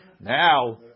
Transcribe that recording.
Now